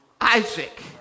Isaac